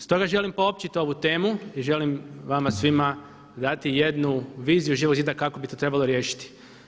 Stoga želim poopćiti ovu temu i želim vama svima dati jednu viziju Živog zida kako bi to trebalo riješiti.